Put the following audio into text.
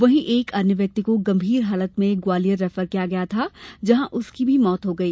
वहीं एक व्यक्ति को गंभीर हालत में ग्वालियर रैफर किया गया था जहां उसकी भी मौत हो गई